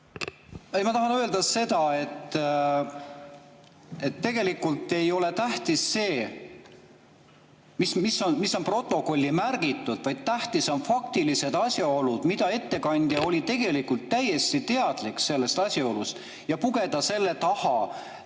Ma tahan öelda seda, et tegelikult ei ole tähtis, mis on protokolli märgitud, vaid tähtsad on faktilised asjaolud. Ettekandja oli tegelikult täiesti teadlik sellest asjaolust. Ja pugeda selle taha,